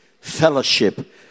fellowship